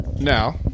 Now